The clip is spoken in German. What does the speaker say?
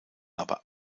aber